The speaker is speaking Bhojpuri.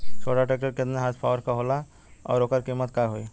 छोटा ट्रेक्टर केतने हॉर्सपावर के होला और ओकर कीमत का होई?